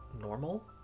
normal